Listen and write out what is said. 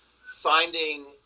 finding